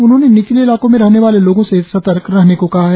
उन्होंने निचले इलाकों में रहने वाले लोगो से सतर्क रहने को कहा है